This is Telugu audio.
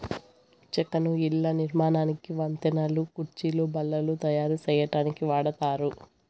చెక్కను ఇళ్ళ నిర్మాణానికి, వంతెనలు, కుర్చీలు, బల్లలు తాయారు సేయటానికి వాడతారు